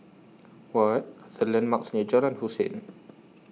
What The landmarks near Jalan Hussein